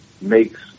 makes